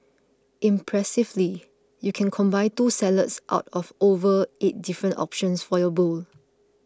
impressively you can combine two salads out of over eight different options for your bowl